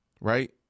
right